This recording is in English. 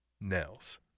Nels